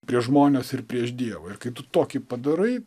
prieš žmones ir prieš dievą ir kai tu tokį padarai